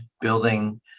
building